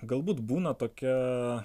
galbūt būna tokia